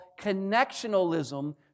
connectionalism